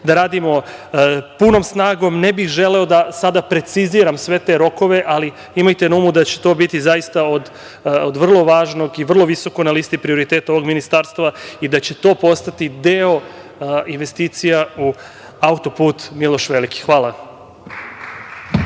da radimo punom snagom. Ne bih želeo da sada preciziram sve te rokove, ali imajte na umu da će to biti zaista od vrlo važnog i vrlo visokog na listi prioriteta ovog ministarstva i da će to postati deo investicija u autoput „Miloš Veliki“. Hvala.